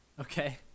Okay